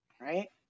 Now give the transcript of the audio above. right